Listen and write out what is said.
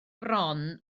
bron